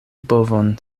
bovon